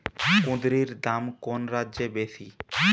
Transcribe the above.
কুঁদরীর দাম কোন রাজ্যে বেশি?